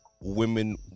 women